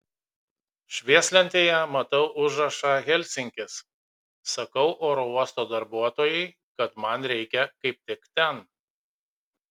švieslentėje matau užrašą helsinkis sakau oro uosto darbuotojai kad man reikia kaip tik ten